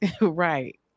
Right